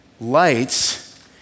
lights